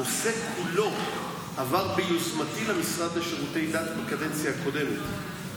הנושא כולו עבר ביוזמתי למשרד לשירותי דת בקדנציה הקודמת,